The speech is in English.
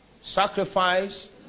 Sacrifice